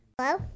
hello